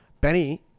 Benny